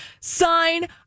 sign